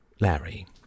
Larry